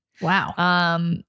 Wow